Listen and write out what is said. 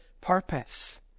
purpose